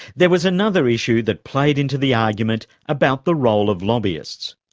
there was another issue that played into the argument about the role of lobbyists.